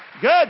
Good